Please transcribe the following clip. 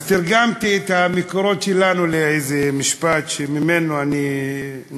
אז תרגמתי את המקורות שלנו לאיזה משפט שאני אקריא.